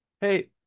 Hey